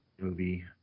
movie